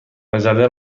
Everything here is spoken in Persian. مجله